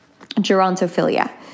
gerontophilia